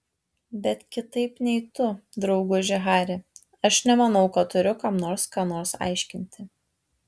bet kitaip nei tu drauguži hari aš nemanau kad turiu kam nors ką nors aiškinti